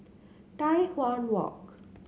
Tai Hwan Walk